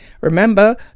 Remember